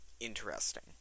interesting